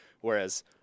whereas